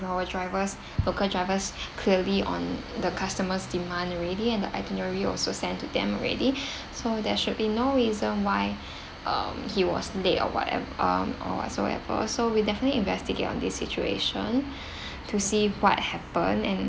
our drivers worker drivers clearly on the customers demand already and the itinerary also sent to them already so there should be no reason why um he was late or whatever um or whatsoever so we'll definitely investigate on this situation to see what happen and